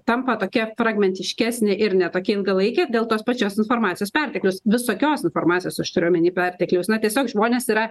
tampa tokia fragmentiškesnė ir ne tokia ilgalaikė dėl tos pačios informacijos perteklius visokios informacijos aš turiu omeny pertekliaus na tiesiog žmonės yra